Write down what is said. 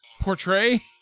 portray